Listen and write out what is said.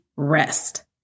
rest